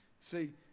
See